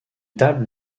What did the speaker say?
tables